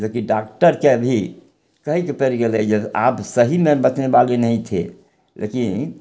जेकि डॉक्टरके भी कहयके पड़ि गेलय की आप सही में बचने वाले नहीं थे लेकिन